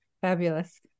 Fabulous